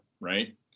right